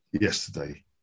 yesterday